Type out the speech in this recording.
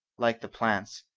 like the plants,